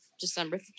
December